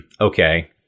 Okay